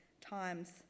Times